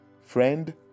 friend